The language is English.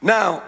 Now